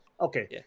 Okay